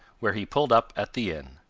where he pulled up at the inn.